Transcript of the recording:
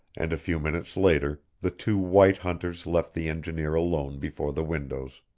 and a few minutes later the two white hunters left the engineer alone before the windows.